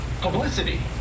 publicity